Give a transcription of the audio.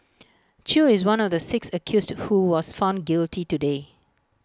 chew is one of the six accused who was found guilty today